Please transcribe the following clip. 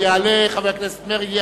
יעלה חבר הכנסת מרגי.